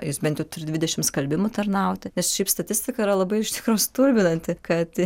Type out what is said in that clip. jis bent jau turi dvidešimt skalbimų tarnauti nes šiaip statistika yra labai iš tikro stulbinanti kad